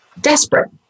desperate